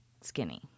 skinny